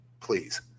please